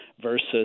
versus